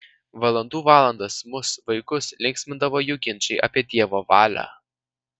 valandų valandas mus vaikus linksmindavo jų ginčai apie dievo valią